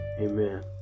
Amen